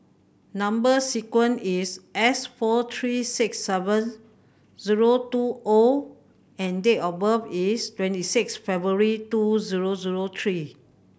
number sequence is S four three six seven zero two O and date of birth is twenty six February two zero zero three